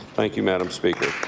thank you madam speaker.